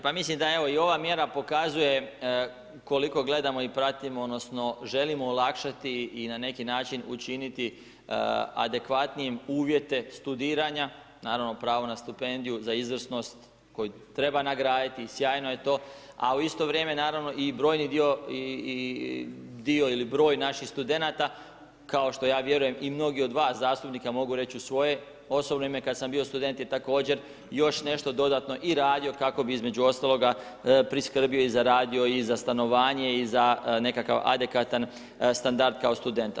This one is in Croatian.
Pa mislim da evo i ova mjera pokazuje koliko gledamo i pratimo odnosno želimo olakšati i na neki način učiniti adekvatnijim uvjete studiranja, naravno pravo na stipendiju za izvrsnost koju treba nagraditi i sjajno je to a u isto vrijeme naravno i brojni dio i dio ili broj naših studenata kao što ja vjerujem i mnogi od vas zastupnika mogu reći u svoje osobno ime kada sam bio student je također još nešto dodatno i radio kako bi između ostalog priskrbio i zaradio i za stanovanje i za nekakav adekvatan standard kao studenta.